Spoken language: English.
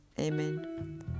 Amen